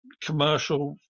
commercial